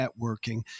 networking